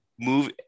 move